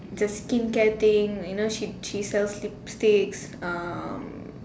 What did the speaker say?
the skincare thing you know she she sells lipstick um